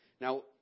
Now